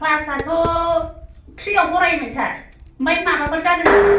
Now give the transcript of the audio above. क्लासाथ' थ्रिआव फरायोमोन सार ओमफ्राय माबाफोर जादोंमोन नामा